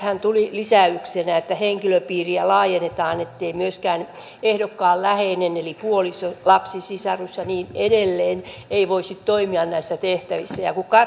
tässähän tuli lisäyksenä että henkilöpiiriä laajennetaan ettei myöskään ehdokkaan läheinen eli puoliso lapsi sisarus ja niin edelleen voisi toimia näissä tehtävissä